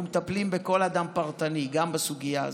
אנחנו מטפלים בכל אדם פרטני גם בסוגיה הזאת.